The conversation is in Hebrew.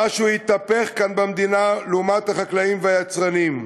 משהו התהפך כאן במדינה, לעומת החקלאים והיצרנים.